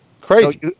Crazy